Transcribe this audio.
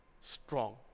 Strong